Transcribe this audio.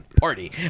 party